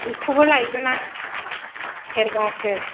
बेखौबो लायगोन आं सेरबासो